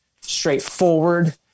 straightforward